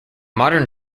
modern